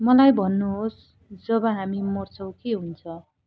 मलाई भन्नुहोस् जब हामी मर्छौँ के हुन्छ